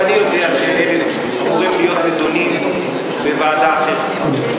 גם אני יודע שהם הולכים להיות נדונים בוועדה אחרת.